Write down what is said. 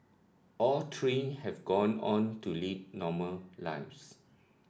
all three have gone on to lead normal lives